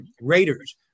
raiders